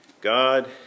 God